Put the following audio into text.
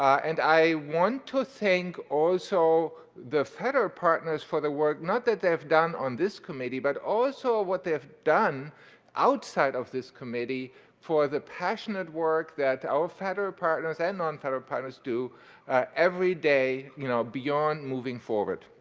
and i want to thank, also, the federal partners for the work not that they have done on this committee but also what they have done outside of this committee for the passionate work that our federal partners and non-federal partners do every day, you know, beyond moving forward.